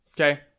Okay